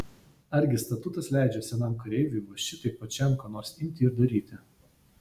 argi statutas leidžia senam kareiviui va šitaip pačiam ką nors imti ir daryti